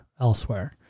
elsewhere